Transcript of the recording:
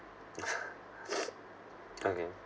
okay